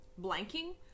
blanking